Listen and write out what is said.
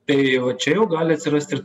tai va čia jau gali atsirasti ir